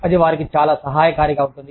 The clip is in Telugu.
అది వారికి చాలా సహాయకారిగా ఉంటుంది